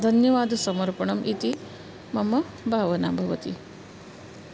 धन्यवादसमर्पणम् इति मम भावना भवति